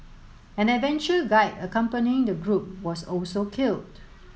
an adventure guide accompanying the group was also killed